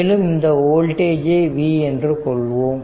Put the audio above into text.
மேலும் இந்த வோல்டேஜ் ஐ v என்று கொள்வோம்